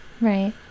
right